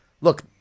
look